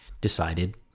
decided